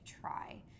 try